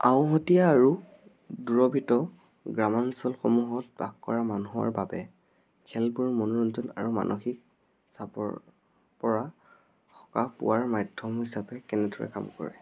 আওঁহতীয়া আৰু দূৰভিত গ্ৰামাঞ্চলসমূহত বাস কৰা মানুহৰ বাবে খেলবোৰ মনোৰঞ্জন আৰু মানসিক চাপৰ পৰা সকাহ পোৱাৰ মাধ্যম হিচাপে কেনেদৰে কাম কৰে